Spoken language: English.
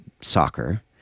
soccer